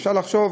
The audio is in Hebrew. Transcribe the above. אפשר לחשוב,